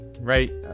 right